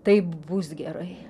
taip bus gerai